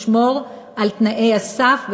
ישמור על תנאי הסף,